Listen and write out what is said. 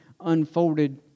unfolded